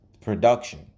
production